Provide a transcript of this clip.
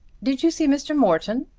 did you see mr. morton?